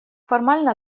формально